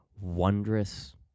wondrous